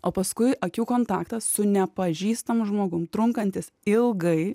o paskui akių kontaktas su nepažįstamu žmogum trunkantis ilgai